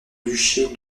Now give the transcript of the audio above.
duché